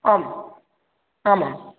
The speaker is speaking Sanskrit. आम् आमाम्